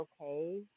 okay